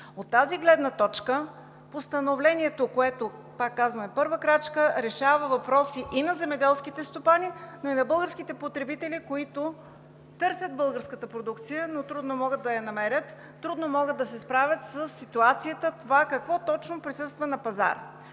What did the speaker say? От тази гледна точка Постановлението, което, пак казвам, е първа крачка, решава въпроси и на земеделските стопани, и на българските потребители, които търсят българската продукция, но трудно могат да я намерят, трудно могат да се справят със ситуацията какво точно присъства на пазара.